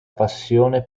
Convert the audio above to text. passione